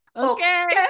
okay